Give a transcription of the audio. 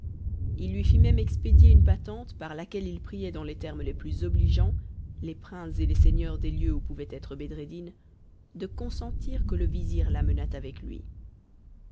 il lui fit même expédier une patente par laquelle il priait dans les termes les plus obligeants les princes et les seigneurs des lieux où pourrait être bedreddin de consentir que le vizir l'amenât avec lui